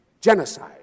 genocide